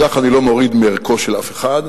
בכך אני לא מוריד מערכו של אף אחד,